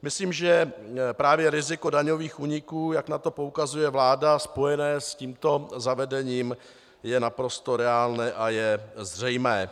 Myslím, že právě riziko daňových úniků, jak na to poukazuje vláda, spojené s tímto zavedením je naprosto reálné a zřejmé.